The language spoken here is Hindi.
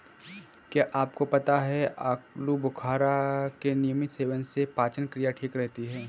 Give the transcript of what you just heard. क्या आपको पता है आलूबुखारा के नियमित सेवन से पाचन क्रिया ठीक रहती है?